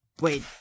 Wait